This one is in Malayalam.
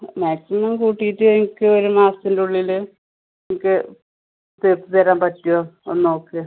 മാക്സിമം കൂട്ടിയിട്ട് എനിക്ക് ഒരു മാസത്തിൻ്റെ ഉള്ളിൽ എനിക്ക് തീർത്ത് തരാൻ പറ്റുമോ ഒന്ന് നോക്ക്